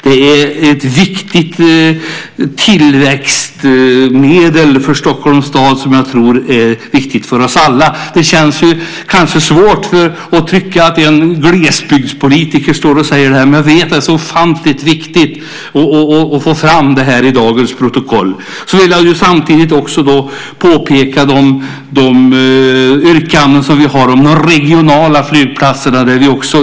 Det är ett viktigt tillväxtmedel för Stockholms stad, och jag tror att det är viktigt för oss alla. Det är kanske svårt att förstå att en glesbygdspolitiker står och säger detta. Men det är ofantligt viktigt att få med det i dagens protokoll. Jag vill också peka på de yrkanden som vi har om de regionala flygplatserna.